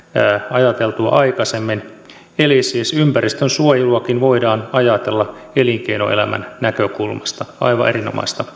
ajateltua aikaisemmin eli siis ympäristönsuojeluakin voidaan ajatella elinkeinoelämän näkökulmasta aivan erinomaista